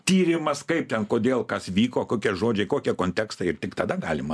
tyrimas kaip ten kodėl kas vyko kokie žodžiai kokie kontekstai ir tik tada galima